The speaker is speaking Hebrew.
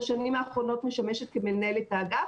בשנים האחרונות אני משמשת כמנהלת האגף